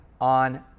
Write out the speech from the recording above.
on